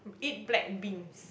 eat black beans